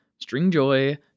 Stringjoy